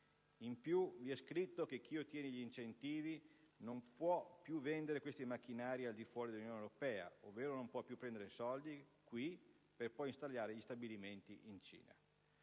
In più, vi è scritto che chi ottiene gli incentivi non può più vendere questi macchinari al di fuori dell'Unione Europea, ovvero non può prendere soldi qui per poi installare gli stabilimenti in Cina.